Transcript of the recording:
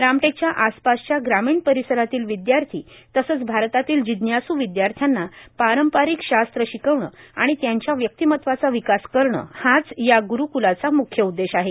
रामटेकच्या आसपासच्या ग्रामीण परिसरातील विद्यार्थी तसंच भारतातील जिज्ञास् विद्यार्थ्यांना पारंपारिक शास्त्र शिकवणं आणि त्यांच्या व्यक्तिमत्वाचा विकास करणं हाच या गुरूकुलाचा मुख्य उद्देश आहे